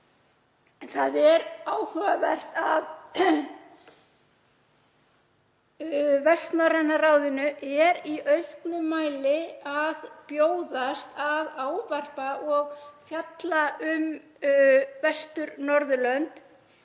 Það er áhugavert að Vestnorræna ráðið er í auknum mæli að bjóðast til að ávarpa og fjalla um Vestur-Norðurlönd